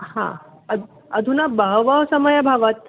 अधुना अधुना बहवः समयः अभवत्